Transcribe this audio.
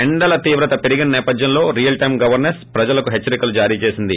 ఎండల తీవ్రత పెరిగిన నేపథ్యంలో రియల్ టైం గవర్సెస్స్ఆర్టీజీఎస్ ప్రజలకు హెచ్చరికలు జారీ చేసింది